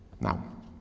Now